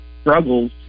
struggles